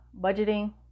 budgeting